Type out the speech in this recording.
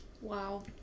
Wow